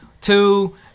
two